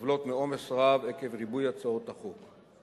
סובלות מעומס רב עקב ריבוי הצעות החוק.